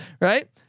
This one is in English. right